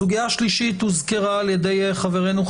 הסוגיה השלישית הוזכרה על ידי חברנו,